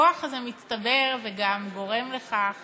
הכוח הזה מצטבר וגם גורם לכך